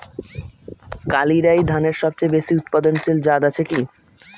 কালিরাই ধানের সবচেয়ে বেশি উৎপাদনশীল জাত আছে কি?